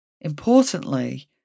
Importantly